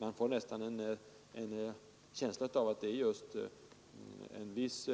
Man får nästan en känsla av att en viss